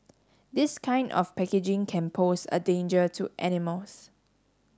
this kind of packaging can pose a danger to animals